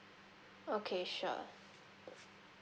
okay sure